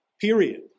Period